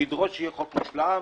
שידרוש שיהיה חוק מושלם,